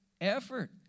effort